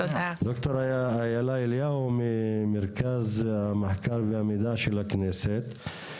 ד"ר אילה אליהו, ממרכז המחקר והמידע של הכנסת.